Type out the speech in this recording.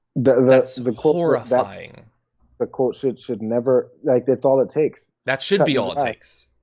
but that's horrifying that quote should should never, like that's all it takes. that should be all it takes.